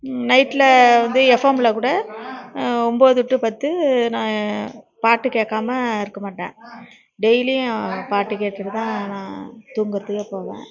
நைட்டில் வந்து எஃப்எம்மில் கூட ஒன்போது டு பத்து நான் பாட்டு கேட்காம இருக்க மாட்டேன் டெய்லியும் பாட்டு கேட்டுவிட்டு தான் நான் தூங்குறதுக்கே போவேன்